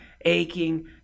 aching